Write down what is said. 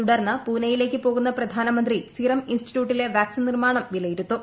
തുടർന്ന് പൂനെയിലേക്ക് പോകുന്ന പ്രധാനമന്ത്രി സിറം ഇൻസ്റ്റിറ്റ്യൂട്ടിലെ വാക്സിൻ നിർമാണം വിലയിരുത്തും